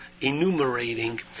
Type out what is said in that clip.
enumerating